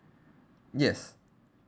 yes